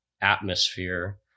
atmosphere